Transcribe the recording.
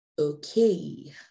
Okay